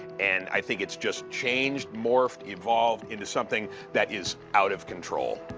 and i think it's just changed, morphed, evolved into something that is out of control.